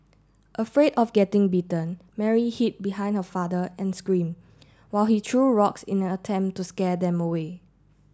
afraid of getting bitten Mary hid behind her father and scream while he true rocks in an attempt to scare them away